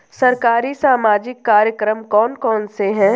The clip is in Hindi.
सरकारी सामाजिक कार्यक्रम कौन कौन से हैं?